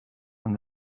and